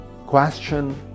question